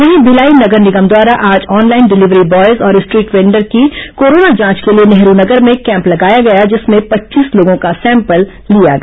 वहीं भिलाई नगर निगम द्वारा आज ऑनलाइन डिलीवरी बॉयज और स्ट्रीट वेंटर की कोरोना जांच के लिए नेहरू नगर में कैम्प लगाया गया जिसमें पच्चीस लोगों का सैंपल लिया गया